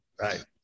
right